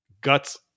guts